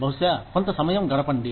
బహుశా కొంత సమయం గడపండి